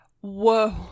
Whoa